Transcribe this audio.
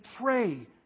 pray